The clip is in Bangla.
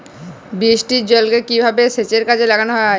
বৃষ্টির জলকে কিভাবে সেচের কাজে লাগানো য়ায়?